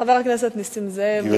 חבר הכנסת נסים זאב, לרשותך חמש דקות.